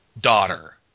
daughter